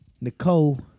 Nicole